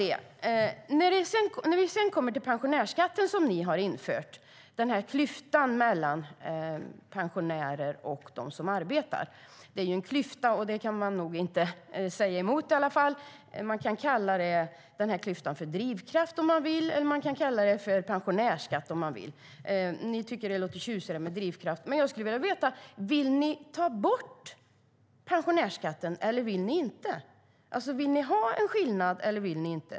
Sedan kommer vi till den pensionärsskatt som ni har infört, klyftan mellan pensionärer och dem som arbetar. Att det är en klyfta kan man nog inte säga emot i alla fall. Man kan kalla klyftan för drivkraft om man vill, och man kan kalla den för pensionärsskatt om man vill. Ni tycker att det låter tjusigare med drivkraft. Men jag skulle vilja veta om ni vill ta bort pensionärsskatten eller inte. Vill ni ha en skillnad eller inte?